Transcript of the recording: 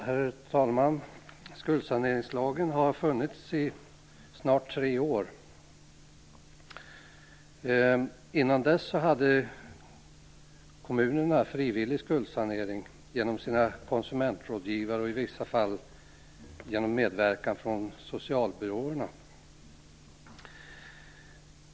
Herr talman! Skuldsaneringslagen har funnits i snart tre år. Innan dess hade kommunerna frivillig skuldsanering genom sina konsumentrådgivare, och i vissa fall genom medverkan från socialbyråerna.